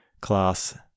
class